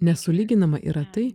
nesulyginama yra tai